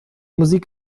musik